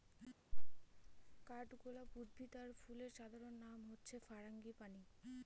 কাঠগলাপ উদ্ভিদ আর ফুলের সাধারণ নাম হচ্ছে ফারাঙ্গিপানি